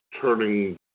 turning